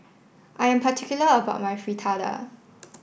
I am particular about my Fritada